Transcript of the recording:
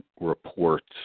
reports